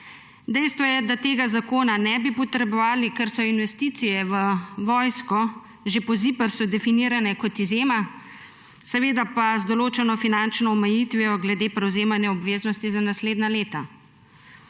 Dejstvo je, da tega zakona ne bi potrebovali, ker so investicije v vojsko že po ZIPRS definirane kot izjema, seveda pa z določeno finančno omejitvijo glede prevzemanja obveznosti za naslednja leta.